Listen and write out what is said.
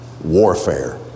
warfare